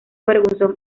ferguson